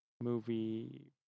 movie